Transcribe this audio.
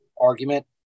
argument